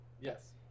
Yes